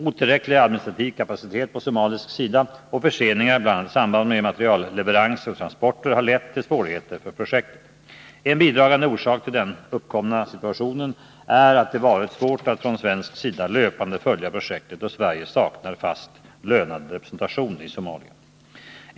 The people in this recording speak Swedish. Otillräcklig administrativ kapacitet på somalisk sida och förseningar bl.a. i samband med materialleveranser och transporter har lett till svårigheter för En bidragande orsak till den uppkomna situationen är att det varit svårt att från svensk sida löpande följa projektet, då Sverige saknar fast lönad representation i Somalia.